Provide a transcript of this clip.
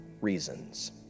reasons